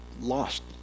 lost